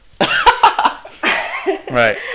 Right